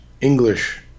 English